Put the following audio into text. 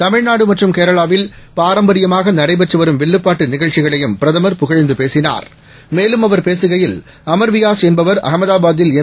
தமிழ்நாடுமற்றும்கேரளாவில்பாரம்பரியமாகநடைபெற்றுவரு ம்வில்லுப்பாட்டுநிகழ்ச்சிகளையும்பிரதமர்புகழ்ந்துபேசினார் மேலும்அவர்பேசுகையில் அமர்வியாஸ்என்பவர்அகமதாபாத்தில்எம்